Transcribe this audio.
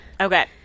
Okay